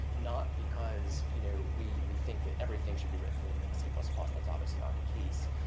not because you know we we think that everything should be written in c plus plus. that's obviously not the case,